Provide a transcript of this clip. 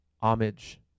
homage